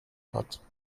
hat